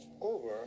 over